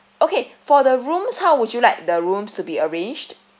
okay for the rooms how would you like the rooms to be arranged